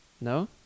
No